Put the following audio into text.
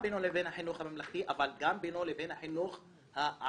החינוך הממלכתי, אבל גם בינו לבין החינוך הערבי.